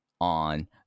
on